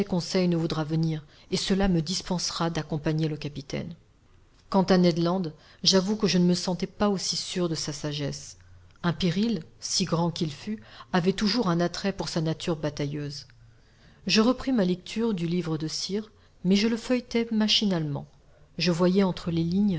conseil ne voudra venir et cela me dispensera d'accompagner le capitaine quant à ned land j'avoue que je ne me sentais pas aussi sûr de sa sagesse un péril si grand qu'il fût avait toujours un attrait pour sa nature batailleuse je repris ma lecture du livre de sirr mais je le feuilletai machinalement je voyais entre les lignes